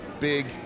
big